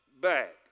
back